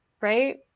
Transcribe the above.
Right